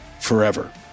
forever